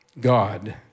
God